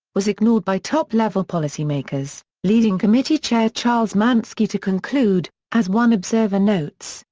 was ignored by top-level policymakers, leading committee chair charles manski to conclude, as one observer notes,